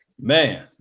Man